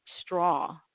straw